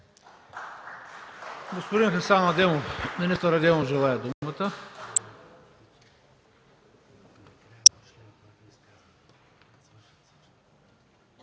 Благодаря